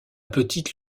petite